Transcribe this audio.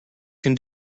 can